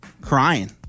crying